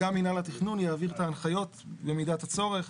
גם מנהל התכנון יעביר את ההנחיות במידת הצורך.